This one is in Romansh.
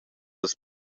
las